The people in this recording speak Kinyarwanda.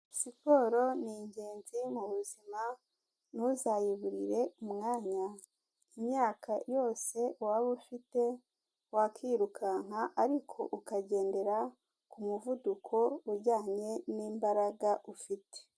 Siporo n'ingenzi mu buzima ntuzayiburire umwanya. Imyaka yose waba ufite wakirukanka ariko ukagendera ku muvuduko ujyanye n'imbaraga ufite.